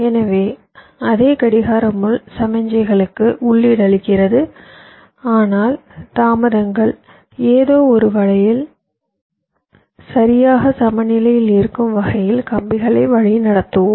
எனவே அதே கடிகார முள் சமிக்ஞைக்கு உள்ளீடு அளிக்கிறது ஆனால் தாமதங்கள் ஏதோ ஒரு வகையில் சரியாக சமநிலையில் இருக்கும் வகையில் கம்பிகளை வழிநடத்துவோம்